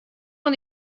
oan